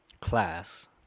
class